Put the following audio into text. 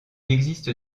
existe